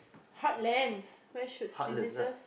heartlands where should visitors